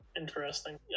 Interesting